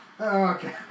Okay